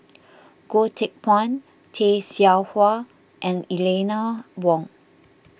Goh Teck Phuan Tay Seow Huah and Eleanor Wong